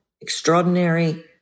extraordinary